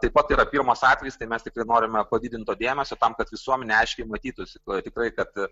taip pat yra pirmas atvejis tai mes tikrai norime padidinto dėmesio tam kad visuomenė aiškiai matytųsi tikrai kad